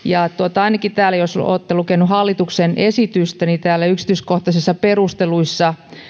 jos olette lukeneet hallituksen esitystä niin ainakin täällä yksityiskohtaisissa perusteluissa